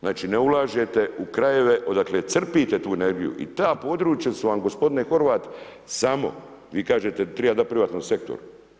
Znači ne ulažete u krajeve, odakle crpite tu energiju i ta područja, su vam gospodine Horvat, samo, vi kažete treba dati privatnom sektoru.